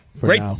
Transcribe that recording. Great